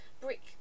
brick